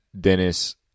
Dennis